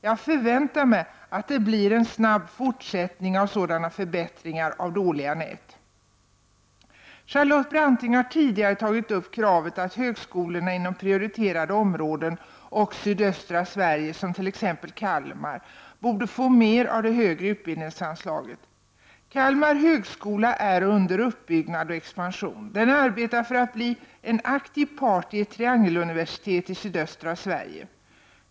Jag förväntar mig att det blir en snabb fortsättning av sådana förbättringar av dåliga nät. Charlotte Branting har tidigare tagit upp kravet att högskolorna inom prioriterade områden och sydöstra Sverige, som t.ex. Kalmar, borde få mer av det högre utbildningsanslaget. Kalmar högskola är under uppbyggnad och expansion. Den arbetar för att bli en aktiv part i ett triangeluniversitet i sydöstra Sverige.